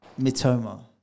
Mitoma